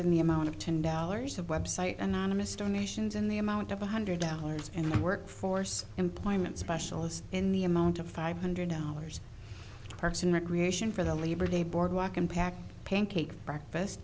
in the amount of ten dollars of website anonymous donations in the amount of one hundred dollars in workforce employment specialist in the amount of five hundred dollars parks and recreation for the labor day boardwalk impact pancake breakfast